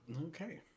Okay